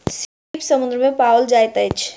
सीप समुद्र में पाओल जाइत अछि